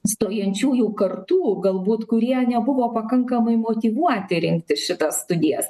stojančiųjų kartų galbūt kurie nebuvo pakankamai motyvuoti rinktis šitas studijas